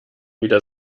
wieder